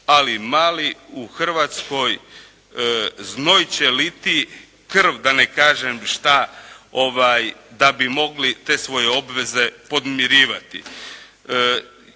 ali mali u Hrvatskoj znoj će liti, krv da ne kažem šta da bi mogli te svoje obveze podmirivati.